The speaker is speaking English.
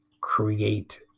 create